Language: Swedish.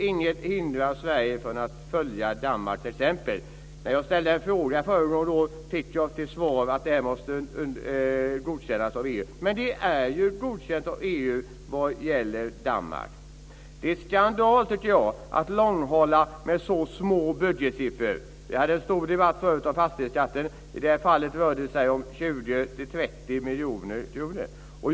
Inget hindrar Sverige från att följa Danmarks exempel. När jag ställde en fråga föregående år fick jag till svar att ett avdrag måste godkännas av EU. Men det är ju godkänt av EU vad gäller Danmark. Det är skandal att långhala så små budgetsiffror. Vi hade en stor debatt om fastighetsskatten förut. I det här fallet rör det sig om 20-30 miljoner kronor.